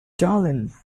darling